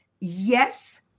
yes